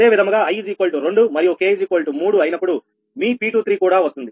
అదే విధముగా i 2 మరియు k 3 అయినప్పుడు మీ P23 కూడా వస్తుంది